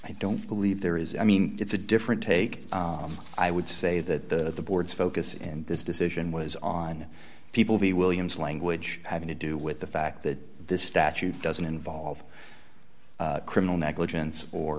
i don't believe there is i mean it's a different take i would say that the board's focus in this decision was on people the williams language having to do with the fact that this statute doesn't involve criminal negligence or